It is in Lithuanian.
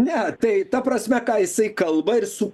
ne tai ta prasme ką jisai kalba ir su